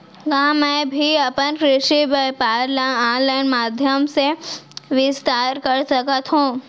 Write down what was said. का मैं भी अपन कृषि व्यापार ल ऑनलाइन माधयम से विस्तार कर सकत हो?